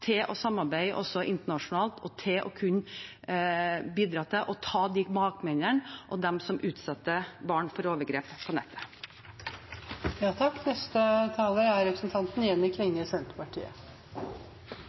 til å samarbeide også internasjonalt, og til å kunne bidra til å ta bakmennene og dem som utsetter barn for overgrep på